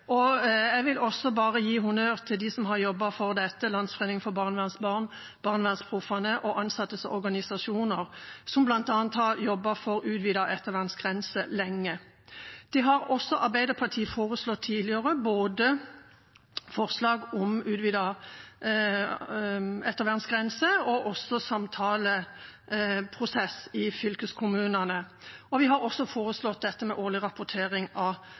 som har jobbet for dette: Landsforeningen for barnevernsbarn, BarnevernsProffene og ansattes organisasjoner, som bl.a. har jobbet for utvidet ettervernsgrense lenge. Det har også Arbeiderpartiet foreslått tidligere – både utvidet ettervernsgrense og samtaleprosess i fylkeskommunene. Vi har også foreslått årlig rapportering til kommunestyrene. Så dette